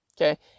Okay